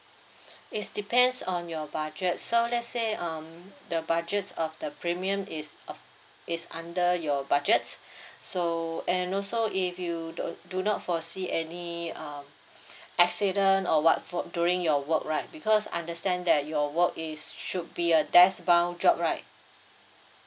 is depends on your budget so let's say um the budgets of the premium is uh it's under your budget so and also if you don't do not foresee any uh accident or what for during your work right because understand that your work is should be a desk bound job right